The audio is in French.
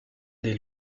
des